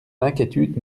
inquiétude